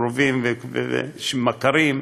קרובים ומכרים,